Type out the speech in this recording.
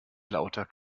lauter